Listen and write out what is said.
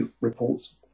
reports